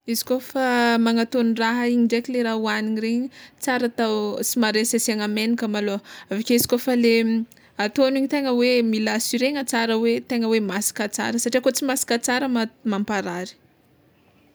Izy kôfa magnatono raha igny ndraiky le raha hoagniny regny tsara atao somary asiasiagna menaka malôha, aveke izy kôfa le atôno igny tegna mila assurena tsara hoe tegna hoe masaka tsara satria koa tsy masaka tsara mamp- mamparary.